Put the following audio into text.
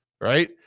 right